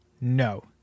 No